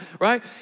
right